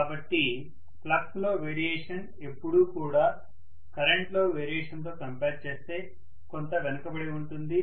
కాబట్టి ఫ్లక్స్ లో వేరియేషన్ ఎప్పుడూ కూడా కరెంట్ లో వేరియేషన్ తో కంపేర్ చేస్తే కొంత వెనకబడి ఉంటుంది